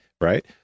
Right